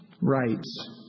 rights